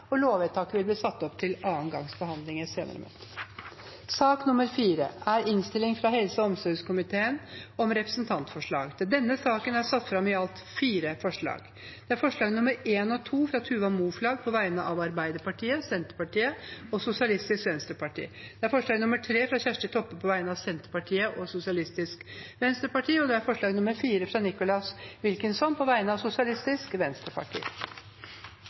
og loven i sin helhet. Senterpartiet har varslet at de vil stemme imot. Lovvedtaket vil bli ført opp til andre gangs behandling i et senere møte i Stortinget. Under debatten er det satt fram i alt fire forslag. Det er forslagene nr. 1 og 2, fra Tuva Moflag på vegne av Arbeiderpartiet, Senterpartiet og Sosialistisk Venstreparti forslag nr. 3, fra Kjersti Toppe på vegne av Senterpartiet og Sosialistisk Venstreparti forslag nr. 4, fra Nicholas Wilkinson på vegne av Sosialistisk Venstreparti